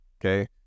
Okay